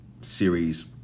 Series